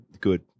good